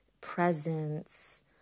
presence